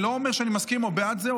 אני לא אומר שאני מסכים או בעד זה,